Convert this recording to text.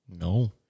No